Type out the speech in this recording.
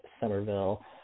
Somerville